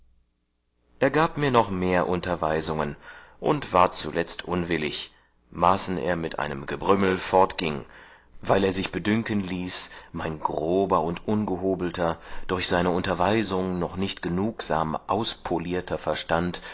er gab mir noch mehr unterweisungen und ward zuletzt unwillig maßen er mit einem gebrümmel fortgieng weil er sich bedünken ließ mein grober und ungehobelter durch seine unterweisung noch nicht genugsam auspolierter verstand